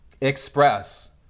express